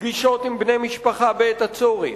פגישות עם בני משפחה בעת הצורך,